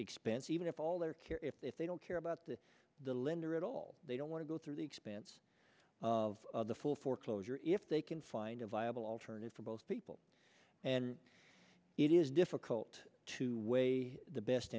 expense even if all their care if they don't care about the the lender at all they don't want to go through the expense of the full foreclosure if they can find a viable alternative for both people and it is difficult to weigh the best